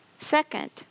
Second